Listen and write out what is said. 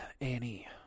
Annie